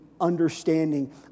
understanding